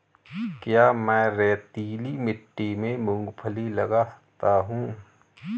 क्या मैं रेतीली मिट्टी में मूँगफली लगा सकता हूँ?